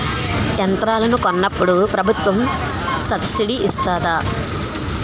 యంత్రాలను కొన్నప్పుడు ప్రభుత్వం సబ్ స్సిడీ ఇస్తాధా?